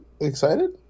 excited